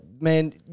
Man